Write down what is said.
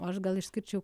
o aš gal išskirčiau